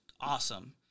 awesome